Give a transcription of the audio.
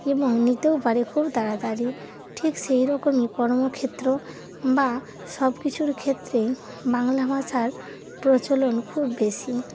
এবং নিতেও পারে খুব তাড়াতাড়ি ঠিক সেইরকমই কর্মক্ষেত্র বা সব কিছুর ক্ষেত্রেই বাংলা ভাষার প্রচলন খুব বেশি